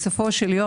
בסופו של יום,